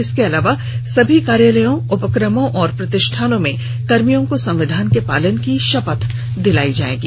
इसके अलावा सभी कार्यालयों उपक्रमों और प्रतिश्ठानों में कर्मियों को संविधान के पालन की भापथ दिलाई जाएगी